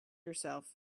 herself